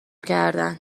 کردن